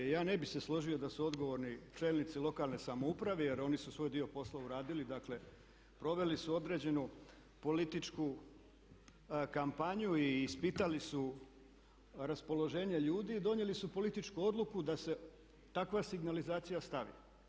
Ja ne bih se sjetio da su odgovorni čelnici lokalne samouprave jer oni su svoj dio posla uradili, dakle proveli su određenu političku kampanju i ispitali su raspoloženje ljudi i donijeli su političku odluku da se takva signalizacija stavi.